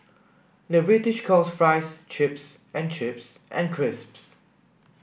the British calls fries chips and chips and crisps